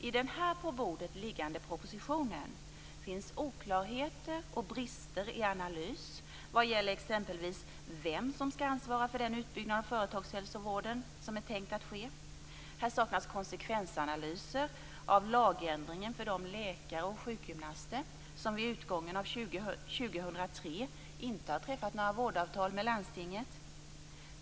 I den här propositionen finns oklarheter och brister i analys vad gäller exempelvis vem som ska ansvara för den utbyggnad av företagshälsovården som är tänkt att ske. Här saknas konsekvensanalyser av lagändringen för de läkare och sjukgymnaster som vid utgången av 2003 inte har träffat några vårdavtal med landstinget.